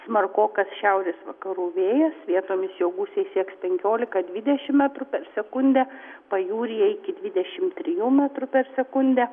smarkokas šiaurės vakarų vėjas vietomis jo gūsiai sieks penkiolika dvidešim metrų per sekundę pajūryje iki dvidešim trijų metrų per sekundę